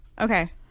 Okay